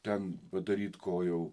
ten padaryt ko jau